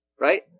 Right